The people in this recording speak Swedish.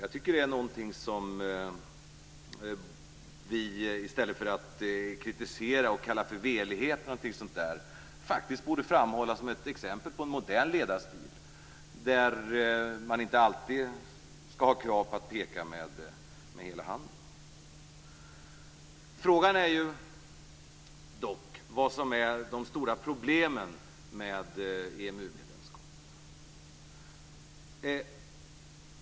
Jag tycker att det är något som vi, i stället för att kritisera och kalla för velighet eller något sådant, faktiskt borde framhålla som ett exempel på en modern ledarstil där man inte alltid skall ha krav på att peka med hela handen. Frågan är dock vad som är de stora problemen med EMU-medlemskapet.